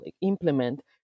implement